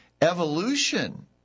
evolution